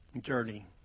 journey